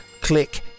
click